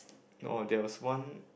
oh there was one